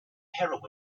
heroism